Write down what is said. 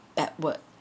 backwards